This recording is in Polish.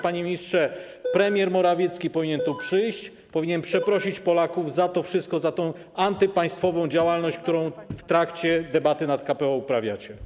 Panie ministrze, premier Morawiecki powinien tu przyjść i przeprosić Polaków za to wszystko, za antypaństwową działalność, którą w trakcie debaty nad KPO uprawiacie.